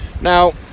now